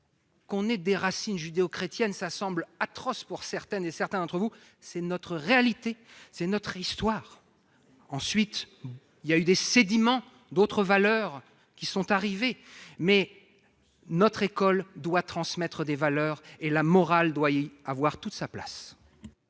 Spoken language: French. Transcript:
ayons des racines judéo-chrétiennes semble atroce à certaines et certains d'entre vous, mais telles sont notre réalité et notre histoire ! Ensuite, des sédiments d'autres valeurs se sont ajoutés, mais notre école doit transmettre des valeurs, et la morale doit y avoir toute sa place